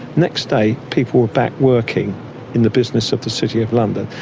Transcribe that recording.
next day, people were back working in the business of the city of london.